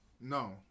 No